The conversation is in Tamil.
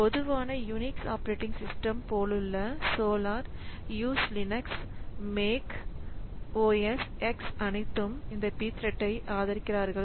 பொதுவான UNIX ஆப்பரேட்டிங் சிஸ்டம் போலுள்ள Solaris Linux Mac OS X அனைத்தும் இந்த Pthread ஐ ஆதரிக்கிறார்கள்